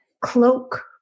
cloak